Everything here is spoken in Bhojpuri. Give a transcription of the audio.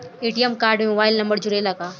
ए.टी.एम कार्ड में मोबाइल नंबर जुरेला का?